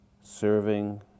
serving